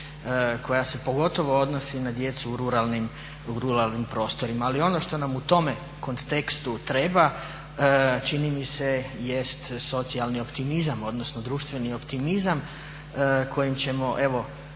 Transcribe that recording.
koja se pogotovo odnosi na djecu u ruralnim prostorima. Ali ono što nam u tome kontekstu treba čini mi se jest socijalni optimizam, odnosno društveni optimizam kojim ćemo evo